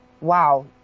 wow